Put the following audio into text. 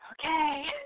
okay